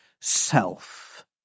Self